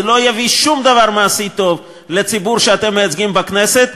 זה לא יביא שום דבר מעשי טוב לציבור שאתם מייצגים בכנסת,